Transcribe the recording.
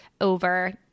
over